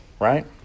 right